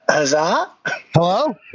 Hello